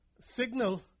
signal